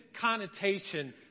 connotation